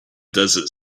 desert